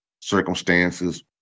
circumstances